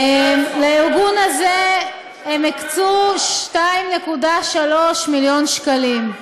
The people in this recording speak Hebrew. לארגון הזה הם הקצו 2.3 מיליון שקלים.